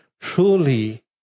truly